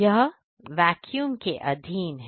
वह वेक्यूम के अधीन है